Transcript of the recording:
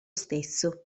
stesso